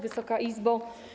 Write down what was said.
Wysoka Izbo!